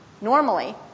normally